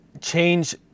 change